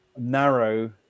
narrow